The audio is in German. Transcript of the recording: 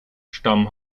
stammen